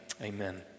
amen